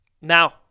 Now